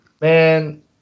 Man